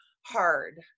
hard